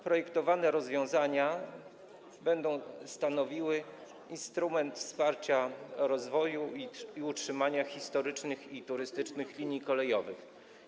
Projektowane rozwiązania będą stanowiły instrument wsparcia rozwoju i utrzymania historycznych i turystycznych linii kolejowych.